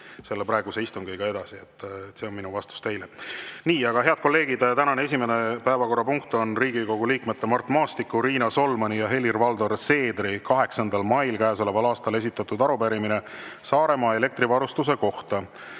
läheme praegu istungiga edasi. See on minu vastus teile. Head kolleegid, tänane esimene päevakorrapunkt on Riigikogu liikmete Mart Maastiku, Riina Solmani ja Helir-Valdor Seedri 8. mail käesoleval aastal esitatud arupärimine Saaremaa elektrivarustuse kohta.